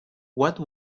what